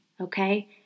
Okay